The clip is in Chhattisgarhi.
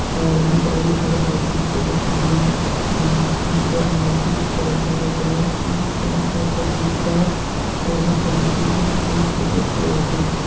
आर.बी.आई हर अपन सदस्य बेंक मन उपर नैतिक परभाव डाएल के साखा कर बिस्तार चहे संकुचन कइर सकत अहे